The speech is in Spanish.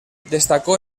destacó